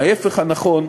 ההפך נכון,